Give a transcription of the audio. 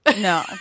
no